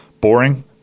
Boring